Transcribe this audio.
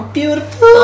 Beautiful